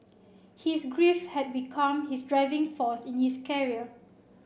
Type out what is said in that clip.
his grief had become his driving force in his career